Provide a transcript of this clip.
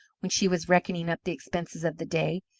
when she was reckoning up the expenses of the day,